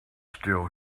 still